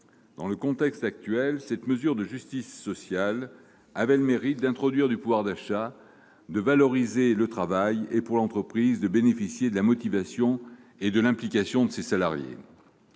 Dans le contexte actuel, cette mesure de justice sociale avait le mérite d'introduire du pouvoir d'achat, de valoriser le travail et de faire bénéficier l'entreprise de la motivation et de l'implication de ses salariés.